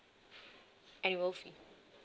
annual fee